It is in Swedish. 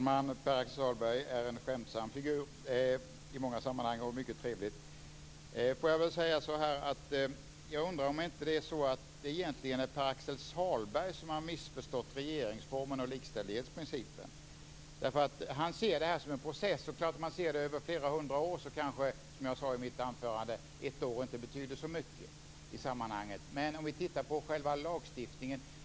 Fru talman! Pär-Axel Sahlberg är i många sammanhang en skämtsam och trevlig figur. Jag undrar om det inte är Pär-Axel Sahlberg som har missförstått regeringsformen och likställighetsprincipen. Han ser detta som en process. Om man ser detta över flera hundra år betyder inte ett år så mycket i sammanhanget. Men låt oss titta på själva lagstiftningen.